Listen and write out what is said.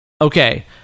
Okay